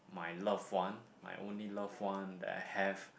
my love one my only love one that I have